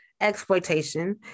exploitation